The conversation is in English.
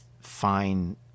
fine